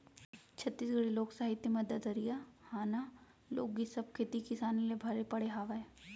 छत्तीसगढ़ी लोक साहित्य म ददरिया, हाना, लोकगीत सब खेती किसानी ले भरे पड़े हावय